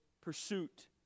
pursuit